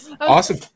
Awesome